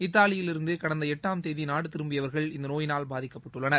இத்தாலியிலிருந்து கடந்த எட்டாம் தேதி நாடு திரும்பியவர்கள் இந்த நோயினால் பாதிக்கப்பட்டுள்ளனர்